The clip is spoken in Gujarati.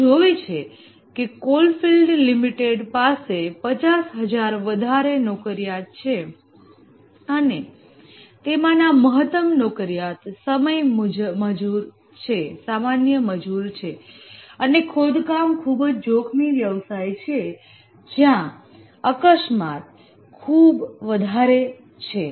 તેઓ જોવે છે કે કોલફિલ્ડ લીમીટેડ પાસે 50000 વધારે નોકરિયાત છે અને તેમાંના મહત્તમ નોકરિયાત સામાન્ય મજુર છે અને ખોદકામ ખૂબ જ જોખમી વ્યવસાય છે જ્યાં અકસ્માત ખૂબ વધારે છે